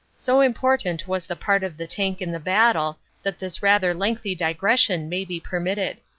so important was the part of the tank in the battle that this rather lengthy digression may be permi tted.